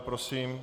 Prosím.